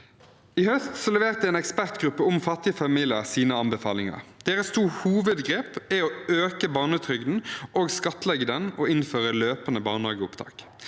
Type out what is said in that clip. I høst leverte en ekspertgruppe om fattige familier sine anbefalinger. Deres to hovedgrep er å øke og skattlegge barnetrygden og å innføre løpende barnehageopptak.